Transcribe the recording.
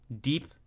deep